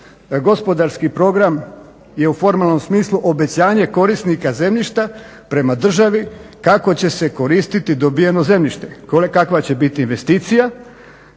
Gospodarski program je u formalnom smislu obećanje korisnika zemljišta prema državi kako će se koristiti dobiveno zemljište, kakva će biti investicija,